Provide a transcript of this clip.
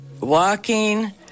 walking